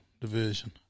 division